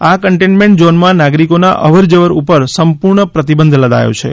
આ કન્ટેન્ટમેન્ટ ઝોનમાં નાગરિકોના અવરજવર ઉપર સંપૂર્ણ પ્રતિબંધ લદાયો છે